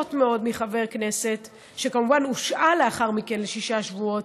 מאוד מחבר כנסת שכמובן הושעה לאחר מכן לשישה שבועות.